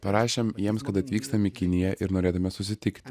parašėm jiems kad atvykstam į kiniją ir norėtume susitikti